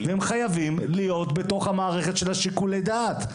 והם חייבים להיות בתוך מערכת שיקולי הדעת.